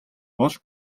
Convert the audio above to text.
бол